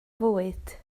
fwyd